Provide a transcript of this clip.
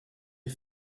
est